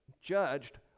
judged